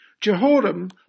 Jehoram